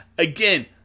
Again